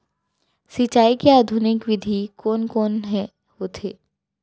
सिंचाई के आधुनिक विधि कोन कोन ह होथे?